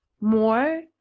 more